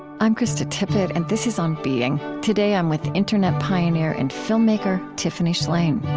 i'm krista tippett and this is on being. today, i'm with internet pioneer and filmmaker tiffany shlain.